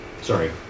sorry